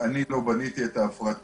אני לא בניתי את ההפרטה,